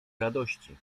radości